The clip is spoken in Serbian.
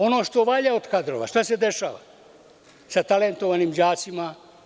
Ono što valja od kadrova, šta se dešava sa talentovanim đacima?